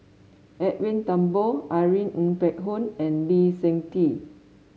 Edwin Thumboo Irene Ng Phek Hoong and Lee Seng Tee